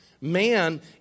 Man